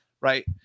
right